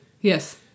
Yes